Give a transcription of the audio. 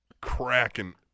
cracking